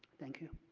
thank you.